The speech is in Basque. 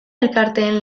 elkarteen